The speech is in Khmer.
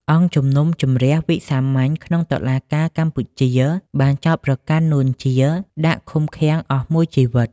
អង្គជំនុំជម្រះវិសាមញ្ញក្នុងតុលាការកម្ពុជា បានចោទប្រកាន់ នួន ជា ដាក់ឃុំឃាំងអស់មួយជីវិត។